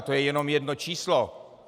To je jenom jedno číslo.